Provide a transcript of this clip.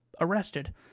arrested